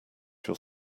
your